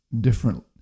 different